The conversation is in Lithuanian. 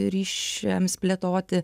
ryšiams plėtoti